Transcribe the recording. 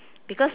because